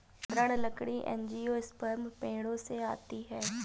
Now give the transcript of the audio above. दृढ़ लकड़ी एंजियोस्पर्म पेड़ों से आती है